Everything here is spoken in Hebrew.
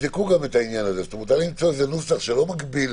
תבדקו את האפשרות למצוא נוסח שלא מגביל